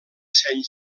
saint